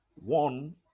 One